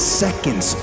seconds